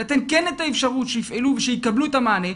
ולתת כן את האפשרות שיפעלו ויקבלו את המענה,